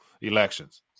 elections